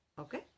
Okay